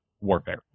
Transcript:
warfare